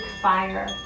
fire